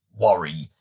worry